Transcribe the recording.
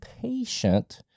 patient